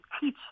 teach